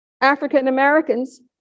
African-Americans